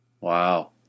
Wow